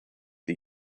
the